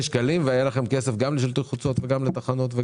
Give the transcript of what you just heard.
והיה לכם מספיק כסף גם לשלטי חוצות וגם לתחנות?